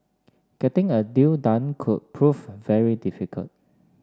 getting a deal done could prove very difficult